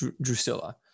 Drusilla